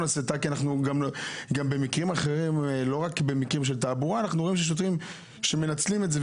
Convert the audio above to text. אנחנו רואים מקרים שבהם שוטרים מנצלים את זה,